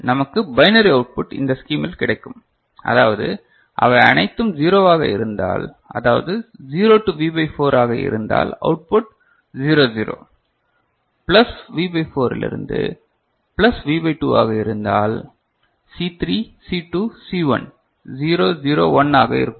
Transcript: நமக்கு binary output இந்த ஸ்கிமில் கிடைக்கும் அதாவது அவை அனைத்தும் 0 வா இருந்தால் அதாவது 0 டு வி பை 4 ஆக இருந்தால் அவுட்புட் 0 0 பிளஸ் வி பை 4லிருந்து பிளஸ் வி பை 2 ஆக இருந்தால் C3 C2 C1 0 0 1 ஆக இருக்கும்